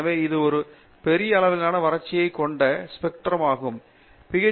எனவே இது ஒரு பெரிய அளவிலான வளர்ச்சியைக் கொண்ட ஒரு ஸ்பெக்ட்ரம் ஆகும் பி